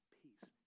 peace